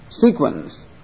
sequence